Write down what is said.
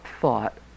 thought